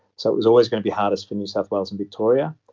so it was always going to be hardest for new south wales and victoria.